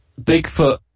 Bigfoot